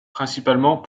principalement